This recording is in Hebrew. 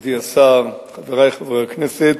מכובדי השר, חברי חברי הכנסת,